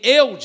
eu